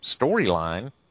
storyline